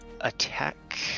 attack